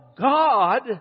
God